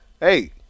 hey